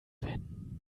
wenn